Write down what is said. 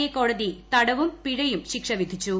A കോടതി തടവും പിഴയും ശിക്ഷ വിധിച്ചു